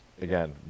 again